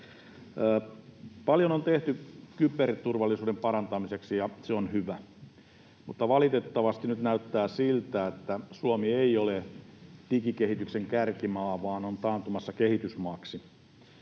Paljon on tehty kyberturvallisuuden parantamiseksi, ja se on hyvä. Mutta valitettavasti nyt näyttää siltä, että Suomi ei ole digikehityksen kärkimaa vaan on taantumassa kehitysmaaksi.